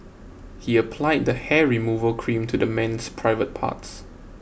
he applied the hair removal cream to the man's private parts